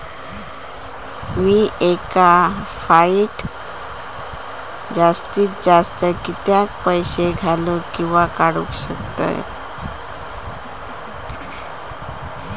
मी एका फाउटी जास्तीत जास्त कितके पैसे घालूक किवा काडूक शकतय?